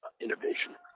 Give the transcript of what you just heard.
innovation